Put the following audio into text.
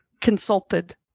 consulted